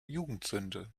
jugendsünde